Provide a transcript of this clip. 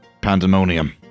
pandemonium